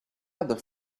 other